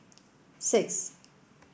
six